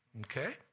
Okay